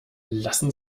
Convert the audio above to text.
lassen